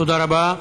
תודה רבה.